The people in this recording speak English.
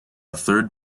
third